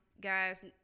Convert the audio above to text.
guys